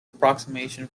approximation